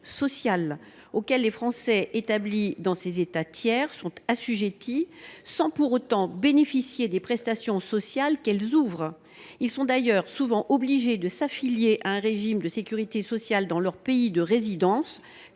auxquelles les Français établis dans ces États tiers sont assujettis, sans pour autant bénéficier des prestations sociales auxquelles ces contributions ouvrent. Ils sont d’ailleurs souvent contraints de s’affilier à un régime de sécurité sociale dans leur pays de résidence,